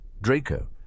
Draco